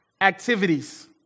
activities